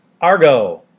Argo